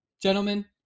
gentlemen